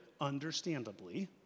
understandably